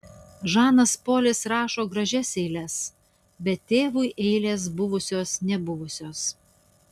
žanas polis rašo gražias eiles bet tėvui eilės buvusios nebuvusios